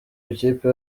ikipe